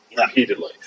repeatedly